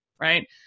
right